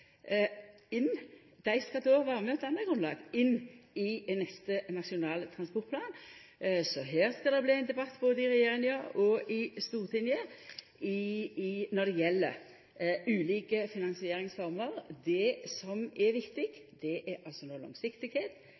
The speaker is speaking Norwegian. Dei skal då vera med og danna grunnlag for neste Nasjonal transportplan. Så det skal bli ein debatt både i regjeringa og i Stortinget når det gjeld ulike finansieringsformer. Det som er viktig, er altså langsiktigheit, det er